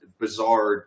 bizarre